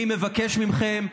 אני מבקש מכם,